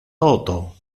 toto